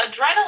adrenaline